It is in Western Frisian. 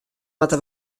moatte